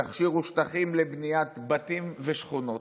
יכשירו שטחים לבניית בתים ושכונות,